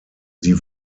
sie